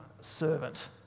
servant